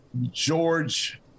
George